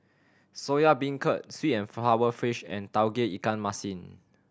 Soya Beancurd sweet and sour fish and Tauge Ikan Masin